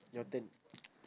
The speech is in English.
your turn